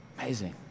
Amazing